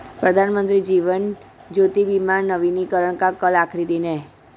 प्रधानमंत्री जीवन ज्योति बीमा नवीनीकरण का कल आखिरी दिन है